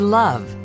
love